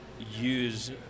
use